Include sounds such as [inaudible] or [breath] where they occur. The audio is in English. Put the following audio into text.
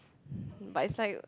[breath] but it's like a